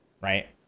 right